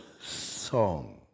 song